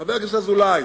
חבר הכנסת אזולאי,